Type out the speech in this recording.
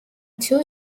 two